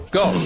go